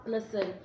Listen